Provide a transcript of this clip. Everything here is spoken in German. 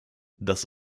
das